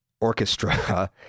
orchestra